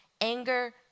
anger